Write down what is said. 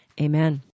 amen